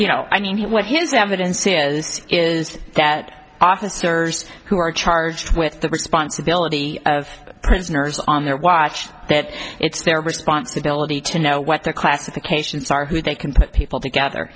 you know i mean what his that evidence is is that officers who are charged with the responsibility of prisoners on their watch that it's their responsibility to know what their classifications are who they can put people together